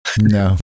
No